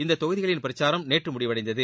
இந்த தொகுதிகளில் பிரச்சாரம் நேற்று முடிவடைந்தது